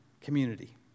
community